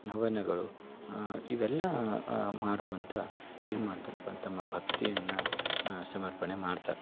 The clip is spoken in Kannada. ಹವನಗಳು ಇವೆಲ್ಲ ಮಾಡ್ಕೊತಾ ಏನು ಮಾಡ್ತಾರಪ್ಪ ತಮ್ಮ ಭಕ್ತಿಯನ್ನ ಸಮರ್ಪಣೆ ಮಾಡ್ತಾರೆ